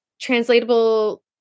translatable